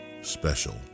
special